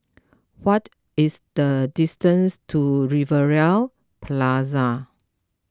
what is the distance to Rivervale Plaza